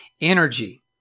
energy